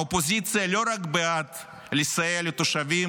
האופוזיציה לא רק בעד לסייע לתושבים,